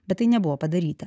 bet tai nebuvo padaryta